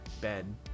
bed